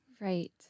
Right